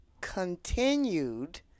continued